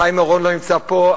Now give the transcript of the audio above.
חיים אורון לא נמצא פה,